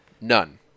None